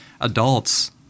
adults